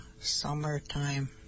summertime